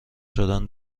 شدن